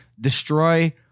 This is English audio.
destroy